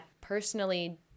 personally